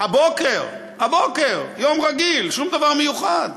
הבוקר, יום רגיל, שום דבר מיוחד,